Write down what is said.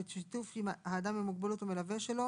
בשיתוף האדם עם המוגבלות או מלווה שלו,